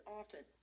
often